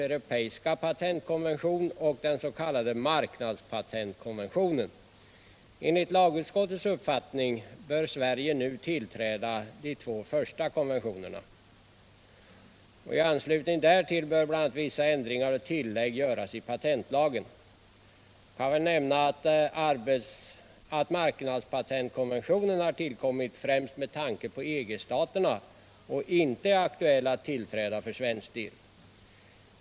Enligt lagutskottets uppfattning bör Sverige nu tillträda de två första konventionerna. Fanslutning därtill bör bl.a. vissa ändringar och tillägg göras i patentlagen. Jag vill nämna att marknadspatentkonventionen har tillkommit främst med tanke på EG-staterna och inte är aktuell att tillträda för svensk del.